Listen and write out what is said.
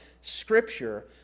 Scripture